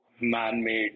man-made